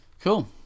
Cool